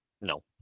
No